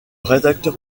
rédacteur